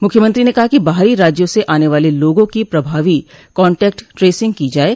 मूख्यमंत्री ने कहा कि बाहरी राज्यों से आने वाले लोगों की प्रभावी कॉटैक्ट ट्रसिंग की जाये